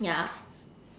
ya